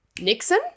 Nixon